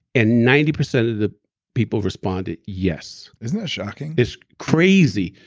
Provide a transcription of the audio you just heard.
and ninety percent of the people responded yes isn't that shocking? it's crazy.